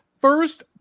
first